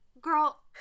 Girl